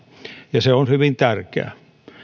ja se on hyvin tärkeää